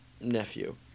nephew